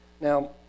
Now